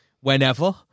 whenever